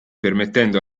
permettendo